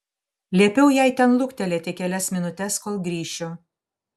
liepiau jai ten luktelėti kelias minutes kol grįšiu